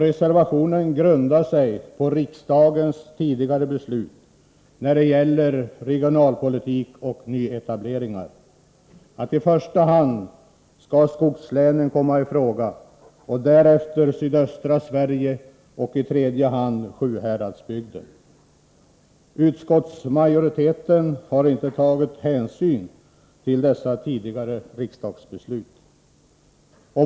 Reservationen grundar sig på riksdagens tidigare beslut när det gäller regionalpolitik och nyetableringar, att skogslänen i första hand skall komma i fråga och därefter sydöstra Sverige och i tredje hand Sjuhäradsbygden. Utskottsmajoriteten har inte tagit hänsyn till dessa tidigare riksdagsbeslut.